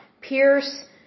Pierce